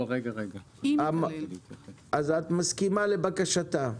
את מסכימה לבקשתה.